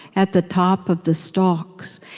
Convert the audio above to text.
at the top of the stalks,